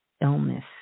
illness